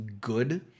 good